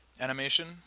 animation